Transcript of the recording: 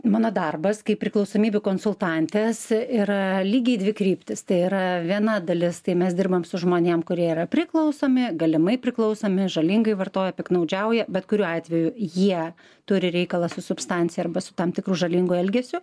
mano darbas kaip priklausomybių konsultantės ir lygiai dvi kryptis tai yra viena dalis tai mes dirbam su žmonėm kurie yra priklausomi galimai priklausomi žalingai vartoja piktnaudžiauja bet kuriuo atveju jie turi reikalą su substancija arba su tam tikru žalingu elgesiu